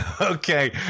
okay